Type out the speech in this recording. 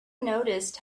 noticed